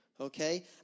Okay